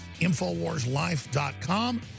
infowarslife.com